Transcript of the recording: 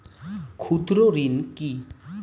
ক্ষুদ্র ঋণ কি?